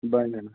بَنیٚن